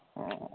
অঁ অঁ অঁ